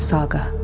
Saga